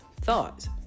thoughts